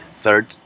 third